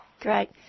Great